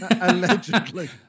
allegedly